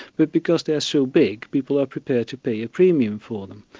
but because they're so big, people are prepared to pay a premium for them.